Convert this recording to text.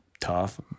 tough